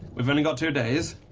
we've only got two days.